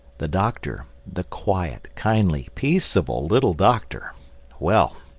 the doctor the quiet, kindly, peaceable, little doctor well,